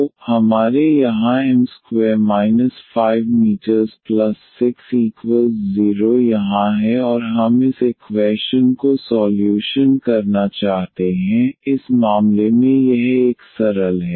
तो हमारे यहाँ m2 5m60 यहाँ है और हम इस इक्वैशन को सॉल्यूशन करना चाहते हैं इस मामले में यह एक सरल है